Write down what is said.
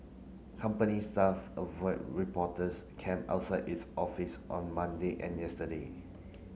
company staff avoid reporters camp outside its office on Monday and yesterday